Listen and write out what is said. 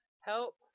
help